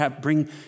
bring